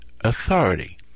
authority